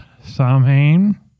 Samhain